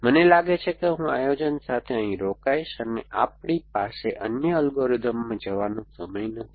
મને લાગે છે કે હું આયોજન સાથે અહીં રોકાઈશ કે આપણી પાસે અન્ય અલ્ગોરિધમ્સમાં જવાનો સમય નથી